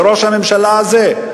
לראש הממשלה הזה?